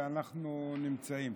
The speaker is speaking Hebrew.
ואנחנו נמצאים,